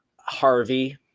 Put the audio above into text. Harvey